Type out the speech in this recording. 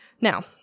Now